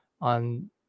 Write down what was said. on